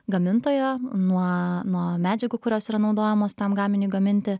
gamintojo nuo nuo medžiagų kurios yra naudojamos tam gaminiui gaminti